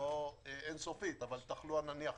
נניח,